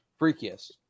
freakiest